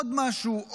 עוד משהו,